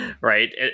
Right